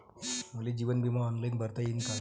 मले जीवन बिमा ऑनलाईन भरता येईन का?